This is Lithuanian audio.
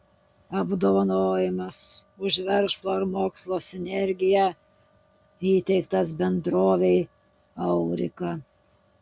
apdovanojimas už verslo ir mokslo sinergiją įteiktas bendrovei aurika